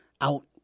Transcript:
out